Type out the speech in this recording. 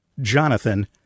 Jonathan